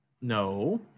No